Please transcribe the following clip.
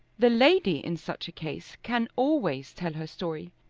the lady in such a case can always tell her story,